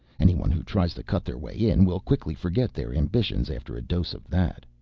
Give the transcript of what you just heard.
anyone who tries to cut their way in will quickly forget their ambitions after a dose of that.